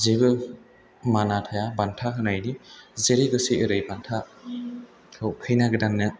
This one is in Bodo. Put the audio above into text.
जेबो माना थाया बान्था होनायनि जेरै गोसो ओरै बान्थाखौ खैना गोदाननो